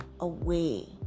away